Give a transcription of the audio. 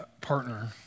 partner